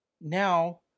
now